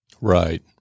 Right